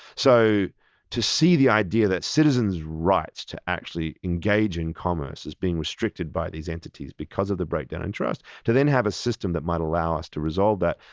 so to see the idea that citizens' rights to actually engage in commerce is being restricted by these entities because of the breakdown in trust, to then have a system that might allow us to resolve that,